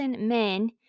men